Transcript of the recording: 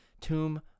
tomb